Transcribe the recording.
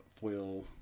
foil